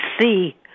see